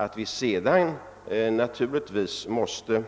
Att vi sedan måste